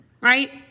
right